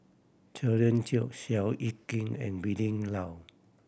Cherian George Seow Yit Kin and Willin Low